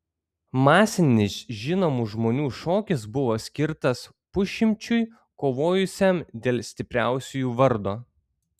masinis žinomų žmonių šokis buvo skirtas pusšimčiui kovojusiam dėl stipriausiųjų vardo